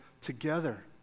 together